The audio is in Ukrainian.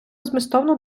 змістовну